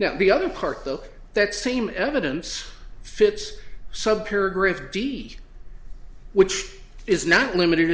now the other part though that same evidence fits so paragraph d which is not limited